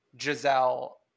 Giselle